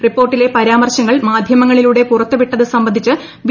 റിപ്പോർട്ടിലെ പരാമർശങ്ങൾ മാധ്യമങ്ങളിലൂടെ പുറത്ത് വിട്ടത് സംബന്ധിച്ച് വി